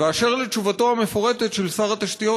ואשר לתשובתו המפורטת של שר התשתיות,